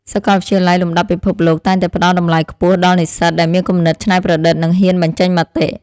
សាកលវិទ្យាល័យលំដាប់ពិភពលោកតែងតែផ្តល់តម្លៃខ្ពស់ដល់និស្សិតដែលមានគំនិតច្នៃប្រឌិតនិងហ៊ានបញ្ចេញមតិ។